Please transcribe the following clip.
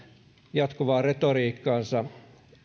retoriikkaansa